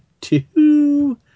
two